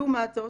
לעומת זאת,